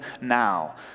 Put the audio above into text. now